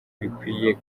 bikwiye